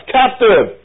captive